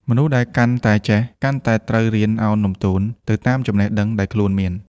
មនុស្សដែលកាន់តែចេះ កាន់តែត្រូវរៀនឱនលំទោនទៅតាមចំណេះដឹងដែលខ្លួនមាន។